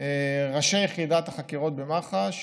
ראשי יחידת החקירות במח"ש,